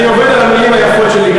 אני עובד על המילים היפות שלי,